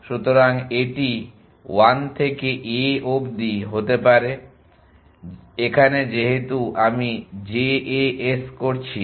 সুতরাং এটি 1 থেকে a অব্দি হতে পারে এখানে যেহেতু আমি JAS করছি